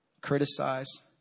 criticize